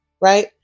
right